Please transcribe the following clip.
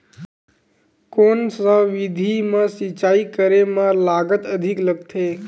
कोन सा विधि म सिंचाई करे म लागत अधिक लगथे?